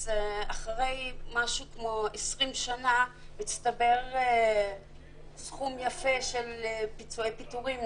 אז אחרי כ-20 שנה הצטבר סכום יפה של פיצויי פיטורין,